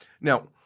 Now –